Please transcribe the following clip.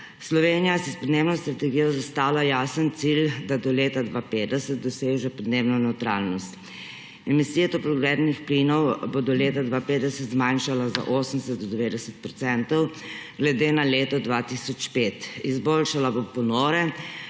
Slovenija si s podnebno strategijo zastavlja jasen cilj, da do leta 2050 doseže podnebno nevtralnost. Emisije toplogrednih plinov bo do leta 2050 zmanjšala za 80 do 90 odstotkov glede na leto 2005, izboljšala bo ponore